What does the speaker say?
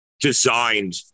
designed